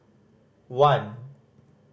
one